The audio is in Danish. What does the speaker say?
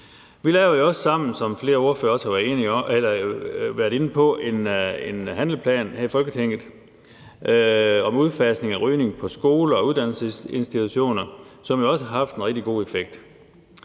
Vi lavede også, som flere ordførere har været inde på, sammen her i Folketinget en handleplan om udfasning af rygning på skoler og uddannelsesinstitutioner, som jo også har haft en rigtig god effekt.